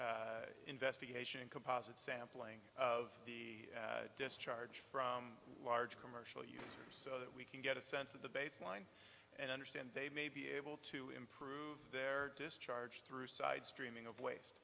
investigation and composite sampling of the discharge from large commercial so that we can get a sense of the baseline and understand they may be able to improve their discharge through side streaming of waste